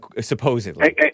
supposedly